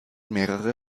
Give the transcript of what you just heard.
mehrere